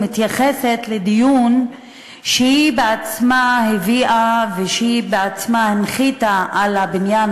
ממשלה שמתייחסת לדיון שהיא בעצמה הביאה ושהיא בעצמה הנחיתה על הבניין